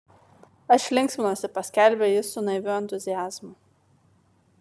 aš linksminuosi paskelbė jis su naiviu entuziazmu